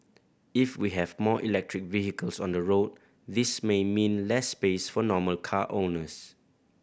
if we have more electric vehicles on the road this may mean less space for normal car owners